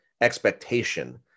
expectation